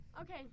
Okay